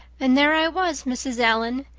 and there i was, mrs. allan,